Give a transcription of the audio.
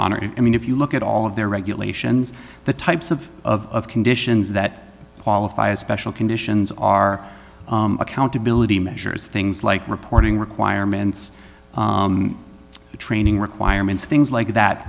honor i mean if you look at all of their regulations the types of of conditions that qualify as special conditions are accountability measures things like reporting requirements training requirements things like that